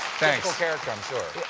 character, i'm sure.